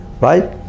Right